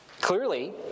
Clearly